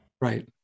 Right